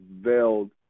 veiled